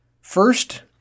First